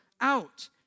out